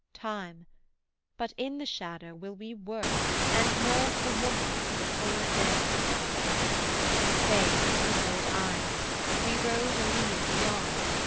time but in the shadow will we work, and mould the woman to the fuller day she spake with kindled eyes we rode a league beyond,